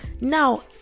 now